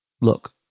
look